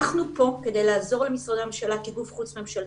אנחנו פה כדי לעזור למשרדי הממשלה כגוף חוץ-ממשלתי.